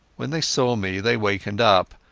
when they saw me they wakened up,